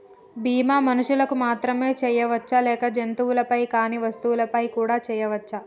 బీమా మనుషులకు మాత్రమే చెయ్యవచ్చా లేక జంతువులపై కానీ వస్తువులపై కూడా చేయ వచ్చా?